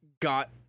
got